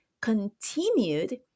continued